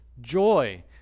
joy